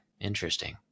Interesting